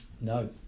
no